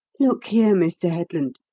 look here, mr. headland,